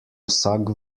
vsak